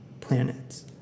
planets